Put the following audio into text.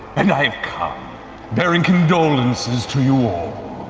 and i've come bearing condolences to you all.